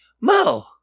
mo